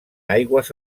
aigües